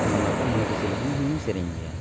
ᱚᱱᱮ ᱚᱱᱟ ᱠᱚ ᱢᱚᱱᱮ ᱠᱩᱥᱤᱞᱮᱠᱟ ᱤᱧᱦᱚᱧ ᱥᱮᱨᱮᱧ ᱜᱮᱭᱟ